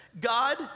God